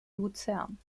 luzern